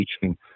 teaching